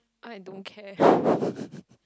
I don't care